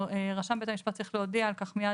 רשם בית המשפט צריך להודיע על כך מיד